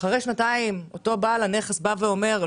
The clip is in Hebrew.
אחרי שנתיים אותו בעל נכס בא ואומר,